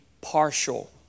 partial